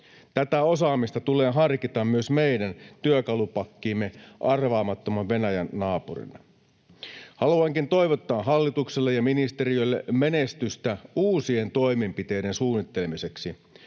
Tätä osaamista tulee harkita myös meidän työkalupakkiimme arvaamattoman Venäjän naapurina. Haluankin toivottaa hallitukselle ja ministeriölle menestystä uusien toimenpiteiden suunnittelemiseksi,